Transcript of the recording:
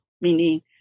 meaning